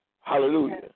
Hallelujah